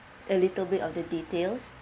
a little bit of the details